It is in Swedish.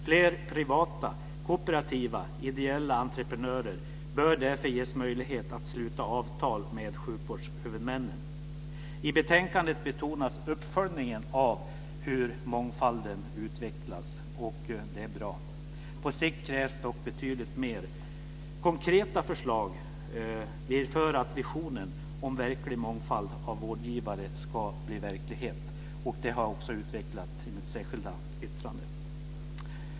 Fler privata, kooperativa och ideella entreprenörer bör därför ges möjlighet att sluta avtal med sjukvårdshuvudmännen. I betänkandet betonas uppföljningen av hur mångfalden utvecklas, och det är bra. På sikt krävs dock betydligt mer konkreta förslag för att visionen om verklig mångfald av vårdgivare ska bli verklighet, och det har jag också utvecklat i mitt särskilda yttrande.